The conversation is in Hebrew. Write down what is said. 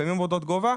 לפעמים עבודות גובה.